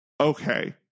Okay